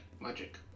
magic